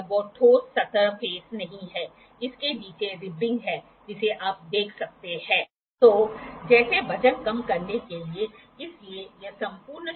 ये angle sine bar की तुलना में अधिक सटीक होते हैं क्योंकि साइन बार में ट्रिग्ननोमेमेट्रीक फार्मूला शामिल होता है इसलिए यहां यह नहीं दिखाया गया है